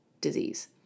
disease